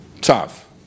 tough